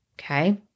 Okay